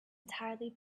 entirely